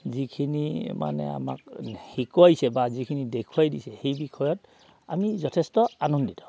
যিখিনি মানে আমাক শিকোৱাইছে বা যিখিনি দেখুৱাই দিছে সেই বিষয়ত আমি যথেষ্ট আনন্দিত হওঁ